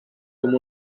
com